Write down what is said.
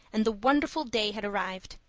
and the wonderful day had arrived.